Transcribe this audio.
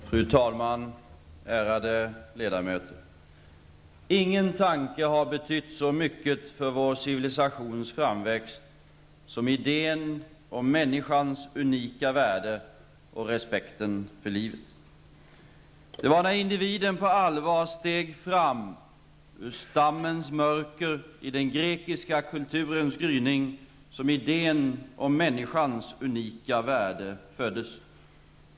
Fru talman, ärade ledamöter! Ingen tanke har betytt så mycket för vår civilisations framväxt som idén om människans unika värde och respekten för livet. Det var när individen på allvar steg fram ur stammens mörker i den grekiska kulturens gryning som idén om människans unika värde föddes.